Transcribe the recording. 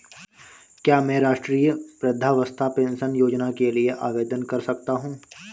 क्या मैं राष्ट्रीय वृद्धावस्था पेंशन योजना के लिए आवेदन कर सकता हूँ?